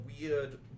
weird